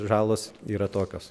žalos yra tokios